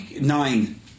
Nine